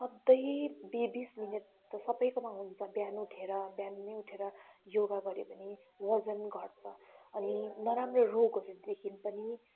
सधैँ बि बिस मिनट त सबकोमा हुन्छ बिहान उठेर बिहान उठेर योगा गर्यो भने वजन घट्छ अनि नराम्रो रोगहरूदेखि पनि